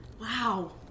wow